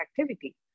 activity